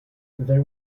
there